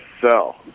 sell